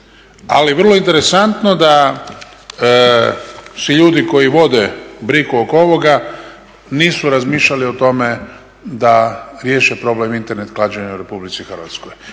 Ali vrlo je interesantno da svi ljudi koji vode brigu oko ovoga nisu razmišljali o tome da riješe problem Internet klađenja u RH. daleko